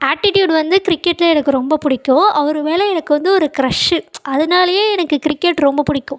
attitude வந்து கிரிக்கெட்டில் எனக்கு ரொம்ப பிடிக்கும் அவர் மேல் எனக்கு வந்து ஒரு க்ரஷு அதனாலயே எனக்கு கிரிக்கெட் ரொம்ப பிடிக்கும்